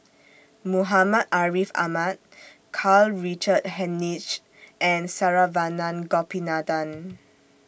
Muhammad Ariff Ahmad Karl Richard Hanitsch and Saravanan Gopinathan